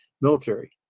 military